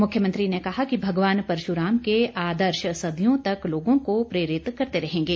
मुख्यमंत्री ने कहा कि भगवान परशुराम के आदर्श सदियों तक लोगों को प्रेरित करते रहेंगे